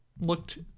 looked